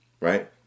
Right